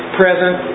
present